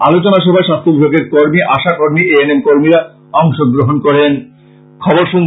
আলোচনা সভায় স্বাস্থ্য বিভাগের কর্মী আশা কর্মী এ এন এম কর্মীরা অংশ গ্রহন করেন